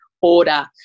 order